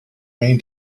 rain